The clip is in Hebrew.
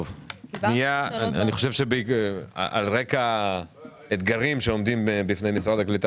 על רקע האתגרים שעומדים בפני משרד הקליטה